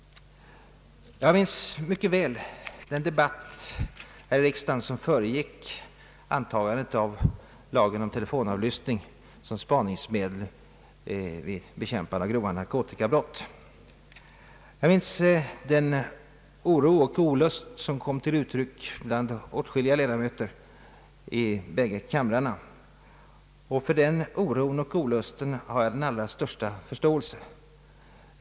Jag minns mycket väl den debatt här i riksdagen som föregick antagandet av lagen om telefonavlyssning som spaningsmedel vid bekämpande av grova narkotikabrott. Jag minns den oro och olust som kom till uttryck bland åtskilliga ledamöter i bägge kamrarna. För den oron och olusten har jag den allra största förståelse.